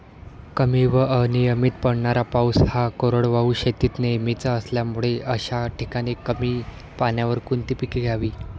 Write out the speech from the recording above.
कमी व अनियमित पडणारा पाऊस हा कोरडवाहू शेतीत नेहमीचा असल्यामुळे अशा ठिकाणी कमी पाण्यावर कोणती पिके घ्यावी?